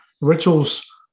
rituals